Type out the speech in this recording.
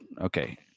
okay